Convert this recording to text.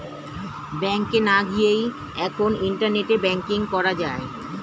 ব্যাংকে না গিয়েই এখন ইন্টারনেটে ব্যাঙ্কিং করা যায়